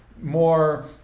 more